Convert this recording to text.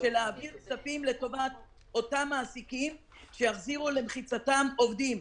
להעביר כספים לטובת אותם מעסיקים שיחזירו למחיצתם עובדים.